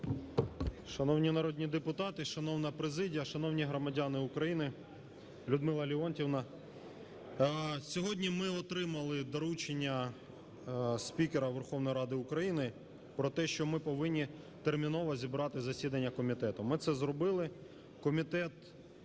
Шановні народні депутати, шановна президія, шановні громадяни України, Людмила Леонтіївна! Сьогодні ми отримали доручення спікера Верховної Ради України про те, що ми повинні терміново зібрати засідання комітету. Ми це зробили, Комітет